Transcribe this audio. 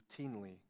routinely